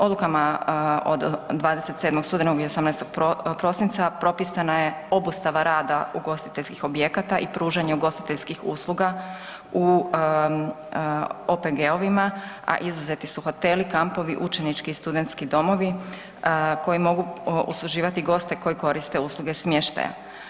Odlukama od 27. studenog i 18. prosinca propisana je obustava rada ugostiteljskih objekata i pružanje ugostiteljskih usluga u OPG-ovima, a izuzeti su hoteli, kampovi, učenički i studentski domovi koji mogu usluživati goste koji koriste usluge smještaja.